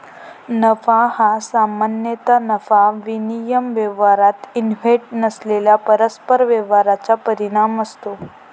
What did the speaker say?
नफा हा सामान्यतः नफा विनिमय व्यवहार इव्हेंट नसलेल्या परस्पर व्यवहारांचा परिणाम असतो